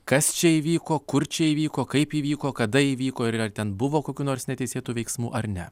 kas čia įvyko kur čia įvyko kaip įvyko kada įvyko ir ar ten buvo kokių nors neteisėtų veiksmų ar ne